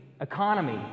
economy